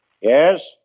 Yes